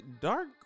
Dark